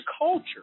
culture